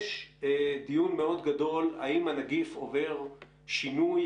יש דיון מאוד גדול האם הנגיף עובר שינוי,